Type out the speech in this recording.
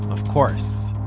of course,